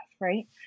right